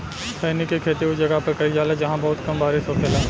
खईनी के खेती उ जगह पर कईल जाला जाहां बहुत कम बारिश होखेला